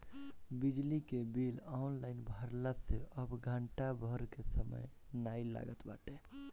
बिजली के bill online भरला से अब घंटा भर के समय नाइ लागत बाटे